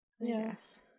Yes